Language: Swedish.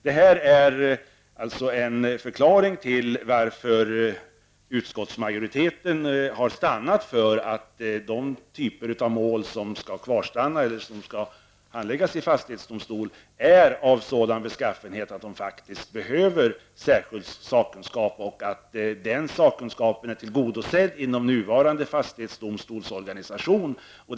Detta är alltså en förklaring till varför utskottsmajoriteten har stannat för att de typer av mål som skall handläggas i fastighetsdomstol är av sådan beskaffenhet att de faktiskt behöver särskild sakkunskap. Vi menar att den sakkunskapen är tillgodosedd inom den nuvarande fastighetsdomstolsorganisationen.